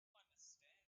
understand